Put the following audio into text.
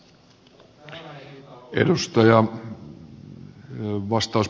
arvoisa puhemies